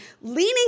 leaning